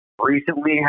recently